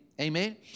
Amen